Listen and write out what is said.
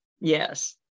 Yes